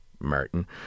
Martin